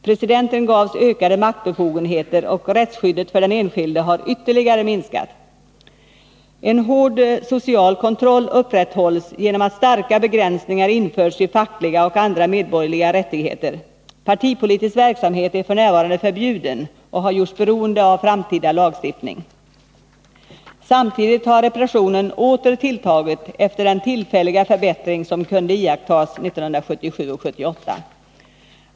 Presidenten gavs ökade maktbefogenheter, och rättsskyddet för den enskilde har ytterligare minskats. En hård social kontroll upprätthålls genom att starka begränsningar införts i fackliga och andra medborgerliga rättigheter. Partipolitisk verksamhet är f. n. förbjuden och har gjorts beroende av framtida lagstiftning. Samtidigt har repressionen åter tilltagit efter den tillfälliga förbättring som kunde iakttas 1977-1978.